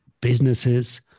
businesses